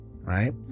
right